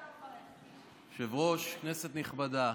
היושב-ראש, כנסת נכבדה,